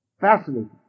Fascinating